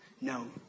no